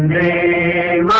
a